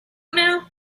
now